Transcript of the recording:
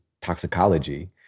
Toxicology